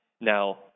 now